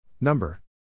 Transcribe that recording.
number